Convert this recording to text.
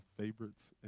favorites